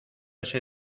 ese